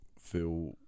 feel